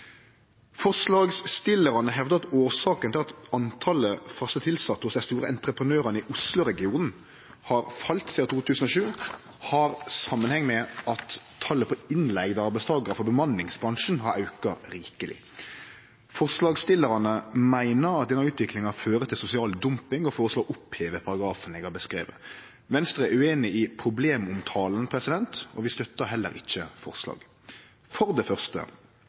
Forslagsstillarane hevdar at årsaka til at talet fast tilsette hos dei store entreprenørane i Oslo-regionen har falle sidan 2007, har samanheng med at talet på innleigde arbeidstakarar frå bemanningsbransjen har auka rikeleg. Forslagsstillarane meiner at denne utviklinga fører til sosial dumping og føreslår å oppheve paragrafen eg har beskrive. Venstre er ueinig i problemomtalen, og vi støttar heller ikkje forslaget. For det første